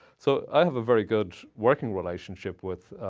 so i have a very good working relationship with